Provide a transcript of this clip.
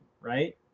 Right